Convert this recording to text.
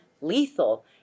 Lethal